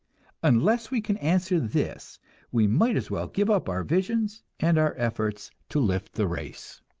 unless we can answer this we might as well give up our visions and our efforts to lift the race.